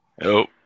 Nope